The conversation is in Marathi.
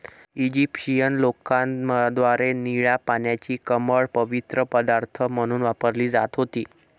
इजिप्शियन लोकांद्वारे निळ्या पाण्याची कमळ पवित्र पदार्थ म्हणून वापरली जात होती